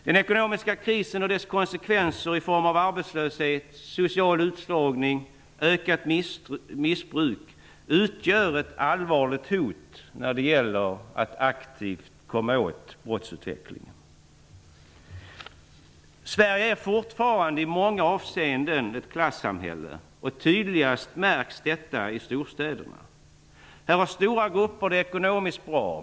Den ekonomiska krisen och dess konsekvenser i form av arbetslöshet, social utslagning och ökat missbruk utgör ett allvarligt hot när det gäller att aktivt komma åt brottsutvecklingen. Sverige är fortfarande i många avseenden ett klassamhälle. Tydligast märks detta i storstäderna. Här har stora grupper det ekonomiskt bra.